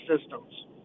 systems